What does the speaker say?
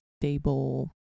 stable